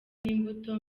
n’imbuto